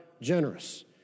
generous